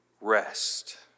rest